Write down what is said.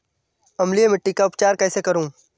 अम्लीय मिट्टी का उपचार कैसे करूँ?